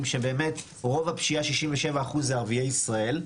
שבאמת 67 אחוז מהפשיעה זה ערביי ישראל,